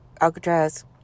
Alcatraz